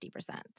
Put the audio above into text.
50%